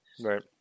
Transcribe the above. Right